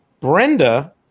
Brenda